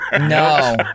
No